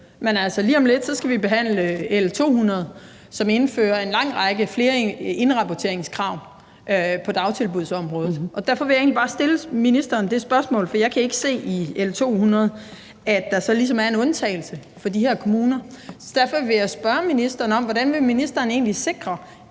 lige om lidt skal behandle L 200, som indfører en lang række flere indrapporteringskrav på dagtilbudsområdet. Derfor vil jeg egentlig bare stille ministeren et spørgsmål. Jeg kan ikke se i L 200, at der ligesom er en undtagelse for de her kommuner, og derfor vil jeg spørge ministeren om, hvordan ministeren egentlig vil sikre,